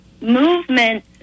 movement